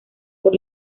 por